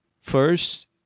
First